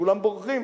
כולם בורחים.